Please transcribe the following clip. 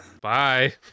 bye